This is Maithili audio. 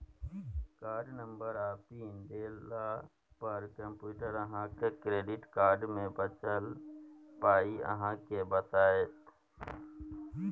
कार्डनंबर आ पिन देला पर कंप्यूटर अहाँक क्रेडिट कार्ड मे बचल पाइ अहाँ केँ बताएत